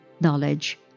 knowledge